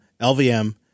LVM